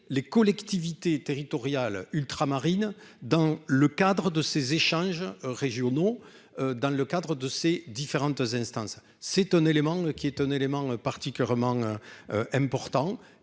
les collectivités territoriales ultramarines dans le cadre de ces échanges régionaux dans le cadre de ces différentes instances, c'est un élément qui est un élément particulièrement important